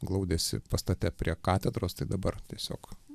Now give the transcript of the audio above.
glaudėsi pastate prie katedros tai dabar tiesiog